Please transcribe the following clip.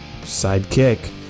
sidekick